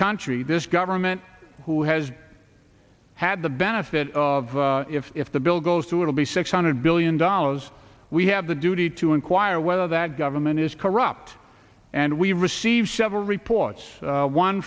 country this government who has had the benefit of if if the bill goes through it will be six hundred billion dollars we have the duty to inquire whether that government is corrupt and we received several reports